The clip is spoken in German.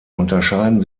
unterschieden